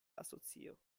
asocio